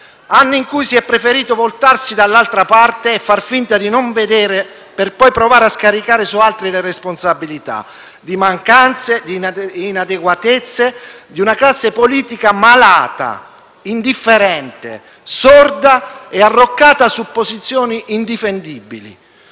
Anni in cui si è preferito voltarsi dall’altra parte e far finta di non vedere per scaricare su altri le responsabilità di mancanze ed inadeguatezze di una classe politica malata, indifferente, sorda e arroccata su posizioni indifendibili.